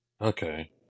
Okay